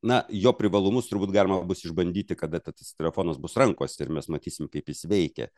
na jo privalumus turbūt galima bus išbandyti kada tas telefonas bus rankose mes matysim kaip jis veikia